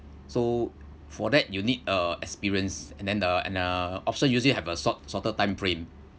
so for that you need uh experience and then uh and uh option usually have a short shorter timeframe